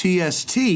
TST